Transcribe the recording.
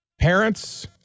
Parents